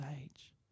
age